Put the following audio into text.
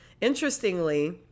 Interestingly